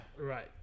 Right